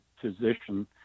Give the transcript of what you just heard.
physician